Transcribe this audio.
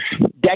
decades